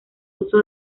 uso